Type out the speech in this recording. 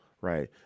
right